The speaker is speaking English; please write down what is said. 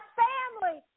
family